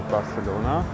Barcelona